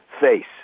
face